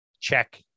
Check